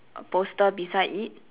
err poster beside it